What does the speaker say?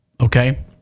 okay